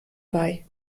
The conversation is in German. bei